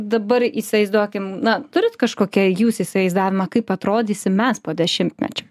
dabar įsivaizduokim na turit kažkokį jūs įsivaizdavimą kaip atrodysim mes po dešimtmečio